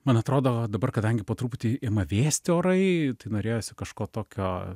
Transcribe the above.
man atrodo dabar kadangi po truputį ima vėsti orai tai norėjosi kažko tokio